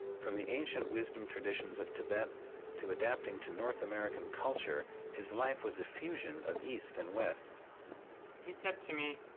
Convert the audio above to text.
from the ancient wisdom traditions of tibet to adapting to north american culture his life was a fusion of east and west. smr he said to me,